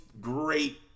great